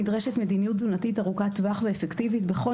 נדרשת מדיניות תזונתית ארוכת טווח ואפקטיבית בכל